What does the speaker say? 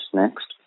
next